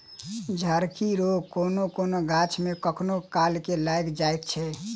झड़की रोग कोनो कोनो गाछ मे कखनो काल के लाइग जाइत छै